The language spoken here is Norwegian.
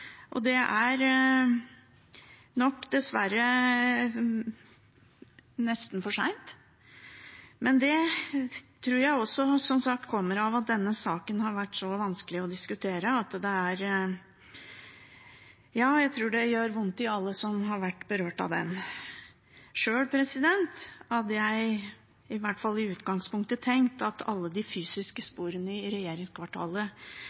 og det er nok dessverre nesten for seint, men det tror jeg, som sagt, kommer av at denne saken har vært såpass vanskelig å diskutere. Jeg tror det gjør vondt for alle som har vært berørt av den. Sjøl hadde jeg i hvert fall i utgangspunktet tenkt at alle de fysiske